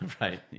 Right